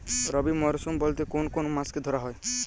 রবি মরশুম বলতে কোন কোন মাসকে ধরা হয়?